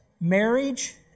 marriage